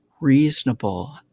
reasonable